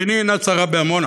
ועיני אינה צרה בעמונה,